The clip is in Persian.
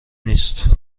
نیست